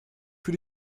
für